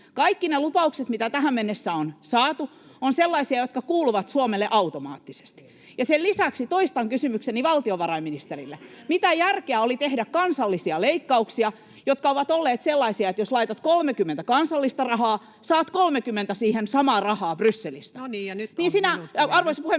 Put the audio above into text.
Kaikki ne lupaukset, mitä tähän mennessä on saatu, ovat sellaisia, jotka kuuluvat Suomelle automaattisesti. Sen lisäksi toistan kysymykseni valtiovarainministerille: mitä järkeä oli tehdä kansallisia leikkauksia, jotka ovat olleet sellaisia, että jos laitat 30 kansallista rahaa, saat siihen 30 samaa rahaa Brysselistä? [Puhemies: